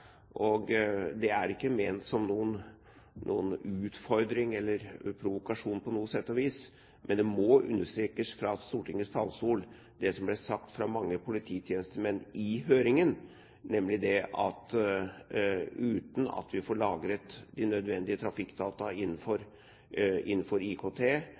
sa. Det er ikke ment som noen utfordring eller provokasjon på noe sett og vis, men det må understrekes fra Stortingets talerstol det som ble sagt fra mange polititjenestemenn i høringen, nemlig at uten at vi får lagret de nødvendige trafikkdata innenfor IKT